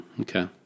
Okay